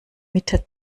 mitte